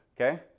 okay